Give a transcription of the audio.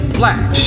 black